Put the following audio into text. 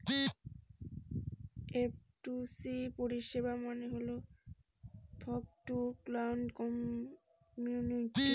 F two C পরিষেবা মানে হল ফগ টু ক্লাউড কম্পিউটিং